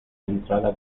entrada